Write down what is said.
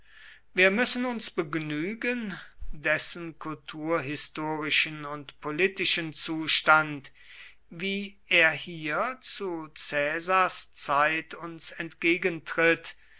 wir müssen uns begnügen dessen kulturhistorischen und politischen zustand wie er hier zu caesars zeit uns entgegentritt